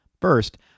First